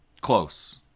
close